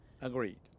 Agreed